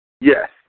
Yes